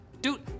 Dude